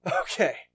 Okay